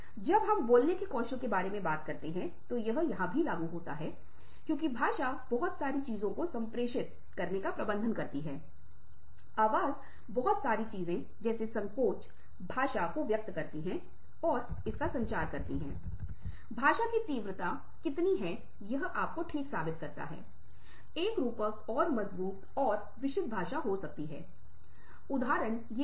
deep listening जिसमें शब्दों के बीच सुनना शामिल है यानि की जो नहीं कहा गया उसे सुन्ना शामिल है क्योंकि बहुत बार हम जो कहते हैं और उसका अलग अर्थ होता है इस बारे में विस्तार से बात करेंगे जब हम अशाब्दिक संचार शरीर की भाषा छल के बारे में बात करेंगे और जो कभी हम बातें कहते हैं लेकिन हमारा मतलब वह नहीं होता जो हम बोल रहे हैं के बारे में बात करेंगे